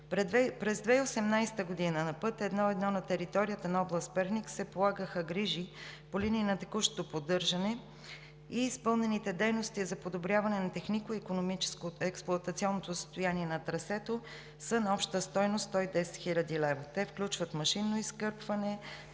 През 2018 г. на път I-1 на територията на област Перник се полагаха грижи по линия на текущото поддържане и изпълнените дейности за подобряване на техникоексплоатационното състояние на трасето са на обща стойност 110 хил. лв. Те включват машинно изкърпване,